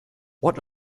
what